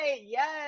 Yes